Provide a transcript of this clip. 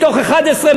מתוך 11,